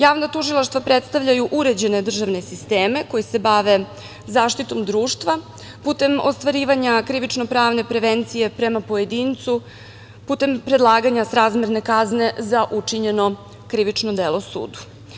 Javna tužilaštva predstavljaju uređene državne sisteme koji se bave zaštitom društva putem ostvarivanja krivično pravne prevencije prema pojedincu, putem predlaganja srazmerne kazne za učinjeno krivično delo sudu.